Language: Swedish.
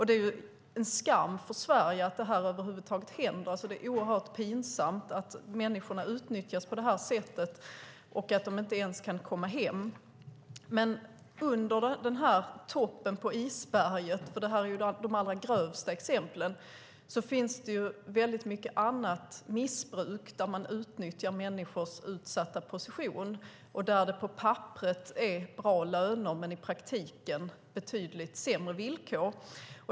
Det är en skam för Sverige att det här över huvud taget händer. Det är oerhört pinsamt att människor utnyttjas på det här sättet och att de inte ens kan komma hem. Men under den här toppen av isberget - det här är ju de allra grövsta exemplen - finns det mycket annat missbruk där man utnyttjar människors utsatta position och där det på papperet är bra löner men i praktiken betydligt sämre villkor.